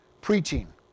preaching